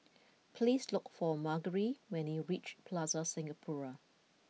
please look for Margery when you reach Plaza Singapura